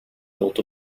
built